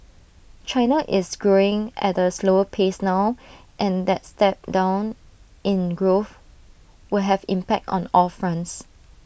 China is green at A slower pace now and that step down in growth will have impact on all fronts